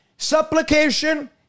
Supplication